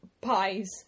pies